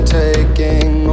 taking